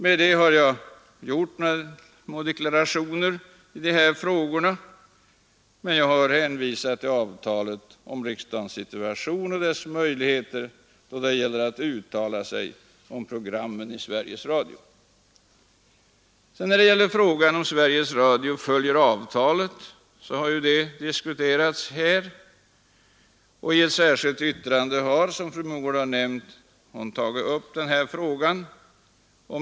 Med detta har jag gjort några små deklarationer i dessa frågor. Men jag har också hänvisat till avtalet när det gäller riksdagens situation och möjligheter att uttala sig om programmen i Sveriges Radio. Frågan om huruvida Sveriges Radio följer avtalet har diskuterats här. I ett särskilt yttrande har fru Mogård tagit upp frågan.